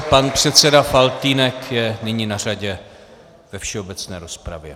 Pan předseda Faltýnek je nyní na řadě ve všeobecné rozpravě.